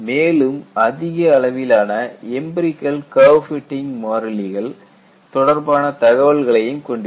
மேலும் அதிக அளவிலான எம்பிரிகல் கர்வ் ஃ பிட்டிங் மாறிலிகள் தொடர்பான தகவல்களையும் கொண்டிருக்கும்